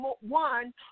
one